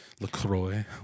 LaCroix